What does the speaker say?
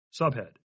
Subhead